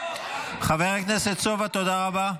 תודה רבה.